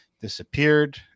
disappeared